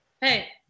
Hey